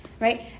Right